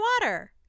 water